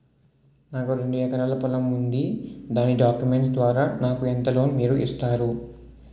నాకు రెండు ఎకరాల పొలం ఉంది దాని డాక్యుమెంట్స్ ద్వారా నాకు ఎంత లోన్ మీరు ఇస్తారు?